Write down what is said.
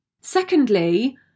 Secondly